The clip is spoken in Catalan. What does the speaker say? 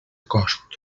cost